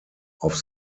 auf